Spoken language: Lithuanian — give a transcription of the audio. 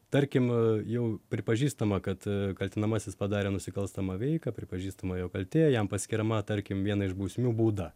tarkim jau pripažįstama kad kaltinamasis padarė nusikalstamą veiką pripažįstama jo kaltė jam paskiriama tarkim viena iš bausmių bauda